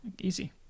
easy